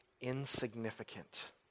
insignificant